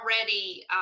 already